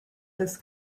this